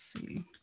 see